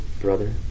Brother